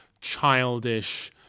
childish